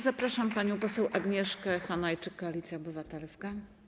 Zapraszam panią poseł Agnieszkę Hanajczyk, Koalicja Obywatelska.